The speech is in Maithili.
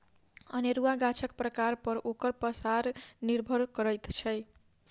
अनेरूआ गाछक प्रकार पर ओकर पसार निर्भर करैत छै